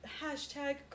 hashtag